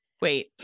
Wait